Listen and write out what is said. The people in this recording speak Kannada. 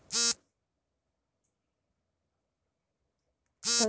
ಸೌತೆಕಾಯಿ ಬೆಳೆಯಲ್ಲಿ ಕಾಂಡ ಕೊಳೆ ರೋಗದ ಲಕ್ಷಣವನ್ನು ತಿಳಿಸಿ?